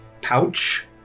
pouch